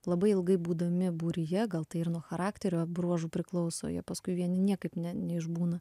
labai ilgai būdami būryje gal tai ir nuo charakterio bruožų priklausojie paskui vieni niekaip ne neišbūna